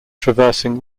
traversing